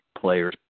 players